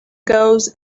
goes